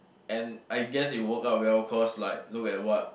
and I guess it worked out well cause like look at what